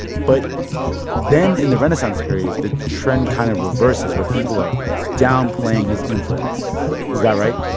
but then in the renaissance period, the trend kind of reverses, where people are downplaying his influence. is that right?